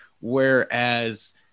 Whereas